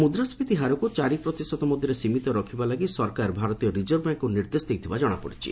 ତେବେ ମୁଦ୍ରାସ୍କୀତି ହାରକୁ ଚାରି ପ୍ରତିଶତ ମଧ୍ୟରେ ସୀମିତ ରଖିବା ଲାଗି ସରକାର ଭାରତୀୟ ରିଜର୍ଭ ବ୍ୟାଙ୍କକୁ ନିର୍ଦ୍ଦେଶ ଦେଇଥିବା ଜଣାଯାଇଛି